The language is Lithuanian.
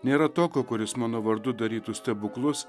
nėra tokio kuris mano vardu darytų stebuklus